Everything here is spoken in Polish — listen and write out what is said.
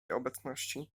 obecności